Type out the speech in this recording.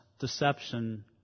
deception